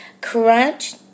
Crunch